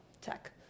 tech